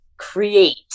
create